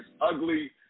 ugly